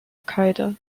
qaeda